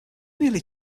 merely